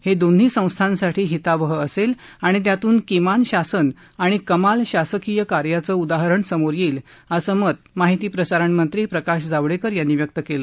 हे दोन्ही संस्थासाठी हितावह असेल आणि त्यातून किमान शासन आणि कमाल शासकीय कार्याचे उदाहरण समोर येईल असे मत महिती प्रसारण मंत्री प्रकाश जावडेकर यांनी व्यक्त केलं